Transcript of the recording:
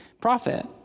profit